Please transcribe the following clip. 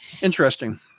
Interesting